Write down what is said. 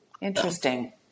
Interesting